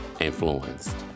influenced